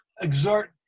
exert